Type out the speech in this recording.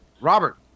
Robert